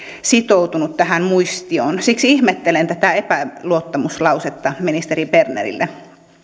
sitoutunut tähän muistioon siksi ihmettelen tätä epäluottamuslausetta ministeri bernerille